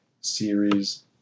series